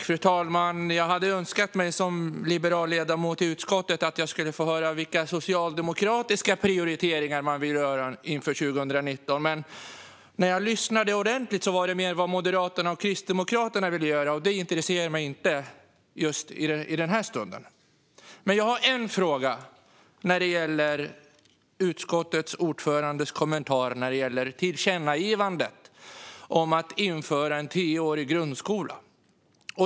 Fru talman! Som Liberalernas ledamot i utskottet hade jag önskat få höra vilka prioriteringar Socialdemokraterna vill göra inför 2019. När jag lyssnade ordentligt handlade det mer om vad Moderaterna och Kristdemokraterna vill göra. Det intresserar mig inte just i denna stund. Jag har dock en fråga när det gäller kommentaren från utskottets ordförande om tillkännagivandet om att införa en tioårig grundskola.